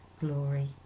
glory